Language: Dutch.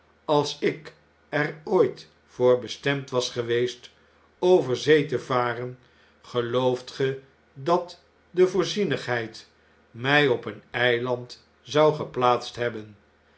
als ik er ooit voor bestemd was geweest over zee te varen gelooft ge dat de voorzienigheid mij op een eiland zou geplaatst hebben